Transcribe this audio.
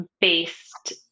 based